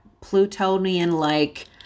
Plutonian-like